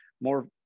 more